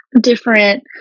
different